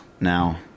now